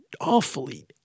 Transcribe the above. awfully